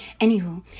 anywho